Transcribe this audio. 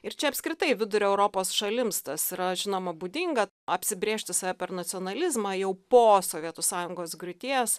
ir čia apskritai vidurio europos šalims tas yra žinoma būdinga apsibrėžti save per nacionalizmą jau po sovietų sąjungos griūties